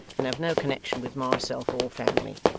and have no connection with myself or family.